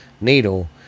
Needle